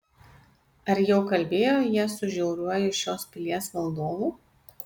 ar jau kalbėjo jie su žiauriuoju šios pilies valdovu